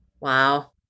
Wow